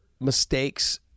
mistakes